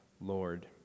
Lord